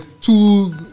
two